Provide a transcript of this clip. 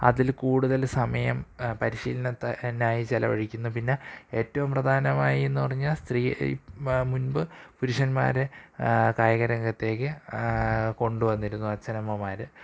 അതില് കൂടുതല് സമയം പരിശീലനത്തിന്നായി ചെലവഴിക്കുന്നു പിന്നെ ഏറ്റവും പ്രധാനമായി എന്നു പറഞ്ഞാല് സ്ത്രീ ഈ മുന്പ് പുരുഷന്മാര് കായികരംഗത്തേക്ക് കൊണ്ടുവന്നിരുന്നു അച്ഛനമ്മമാര്